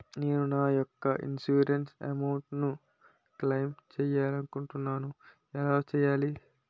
నేను నా యెక్క ఇన్సురెన్స్ అమౌంట్ ను క్లైమ్ చేయాలనుకుంటున్నా ఎలా చేయాలి?